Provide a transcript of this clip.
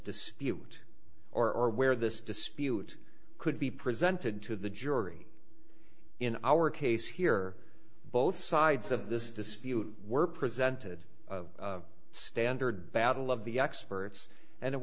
dispute or where this dispute could be presented to the jury in our case here both sides of this dispute were presented a standard battle of the experts and it